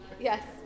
Yes